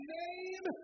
name